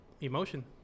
Emotion